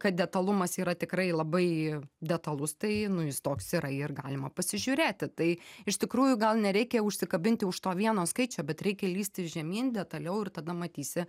kad detalumas yra tikrai labai detalus tai nu jis toks yra ir galima pasižiūrėti tai iš tikrųjų gal nereikia užsikabinti už to vieno skaičio bet reikia lįsti žemyn detaliau ir tada matysi